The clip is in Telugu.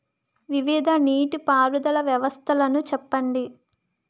వివిధ నీటి పారుదల వ్యవస్థలను చెప్పండి?